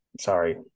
Sorry